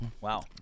Wow